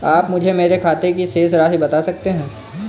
आप मुझे मेरे खाते की शेष राशि बता सकते हैं?